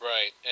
Right